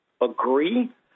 agree